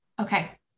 Okay